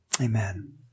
amen